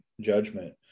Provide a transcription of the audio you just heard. judgment